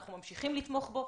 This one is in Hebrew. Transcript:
אנחנו ממשיכים לתמוך בו.